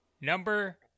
number